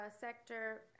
sector